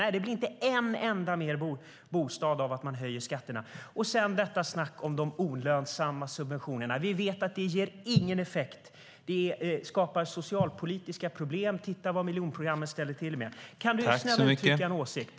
Nej, det blir inte en enda bostad till för att man höjer skatterna. Var snäll och uttryck en åsikt!